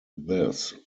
this